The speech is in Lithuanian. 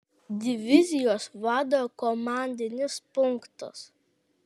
divizijos vado komandinis punktas